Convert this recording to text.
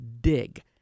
DIG